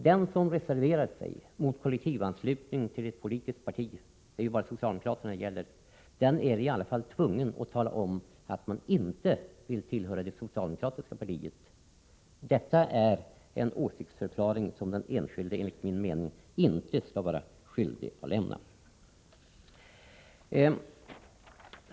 Den som reserverar sig mot kollektivanslutning till ett politiskt parti, och det är ju bara socialdemokraterna det gäller, är i alla fall tvungen tala om att han inte vill tillhöra det socialdemokratiska partiet. Detta är en åsiktsförklaring som den enskilde enligt min mening inte skall vara skyldig att lämna.